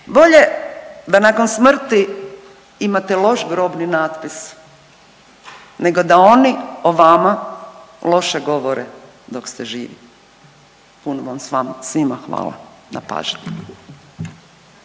Bolje da nakon smrti imate loš grobni natpis nego da oni o vama loše govore dok ste živi.“ Puno vam svima hvala na pažnji.